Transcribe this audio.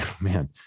man